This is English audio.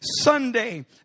Sunday